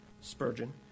Spurgeon